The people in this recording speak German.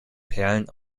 perlen